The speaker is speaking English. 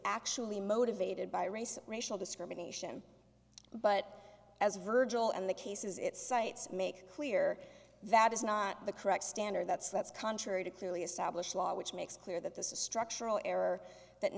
actually motivated by race racial discrimination but as virgil and the cases it cites make clear that is not the correct standard that's that's contrary to clearly established law which makes clear that this is a structural error that